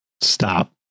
Stop